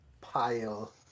pile